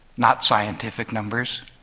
not scientific numbers.